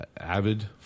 avid